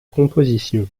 composition